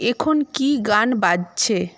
এখন কি গান বাজছে